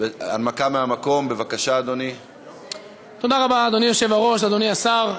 עברה בקריאה טרומית ותעבור לוועדת הכלכלה להמשך הכנתה לקריאה ראשונה.